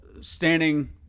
standing